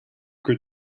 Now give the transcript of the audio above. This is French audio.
que